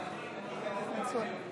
סגנית